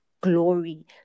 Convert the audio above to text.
glory